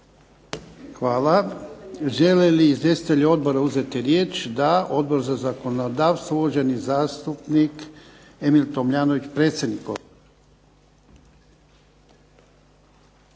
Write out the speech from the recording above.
Hvala. Žele li izvjestitelji odbora uzeti riječ? Da. Odbor za zakonodavstvo, uvaženi zastupnik Emil Tomljanović, predsjednik odbora.